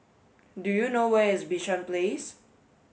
do you know where is Bishan Place